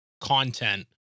content